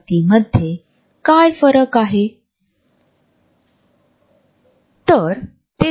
त्यांनी या पुस्तकात लोकांशी परस्पर संवाद साधण्यासाठी परस्पर अंतराचा वापर करण्याबद्दलचा आपला सिद्धांत मांडला आहे